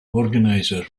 organizer